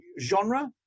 genre